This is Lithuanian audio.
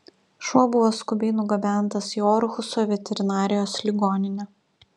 šuo buvo skubiai nugabentas į orhuso veterinarijos ligoninę